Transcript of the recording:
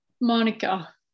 Monica